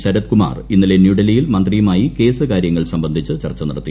ശരത് കുമാർ ഇന്നലെ ന്യൂഡൽഹിയിൽ മന്ത്രിയുമായി കേസ് കാര്യങ്ങൾ സംബന്ധിച്ച് ചർച്ച നടത്തി